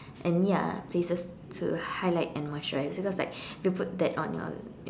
and ya places to highlight and moisturize because like if you put that on your